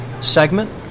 segment